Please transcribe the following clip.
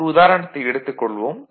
ஒரு உதாரணத்தை எடுத்துக் கொள்வோம்